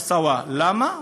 "מוסאוא" למה?